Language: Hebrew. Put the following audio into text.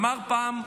אמר פעם: